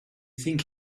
think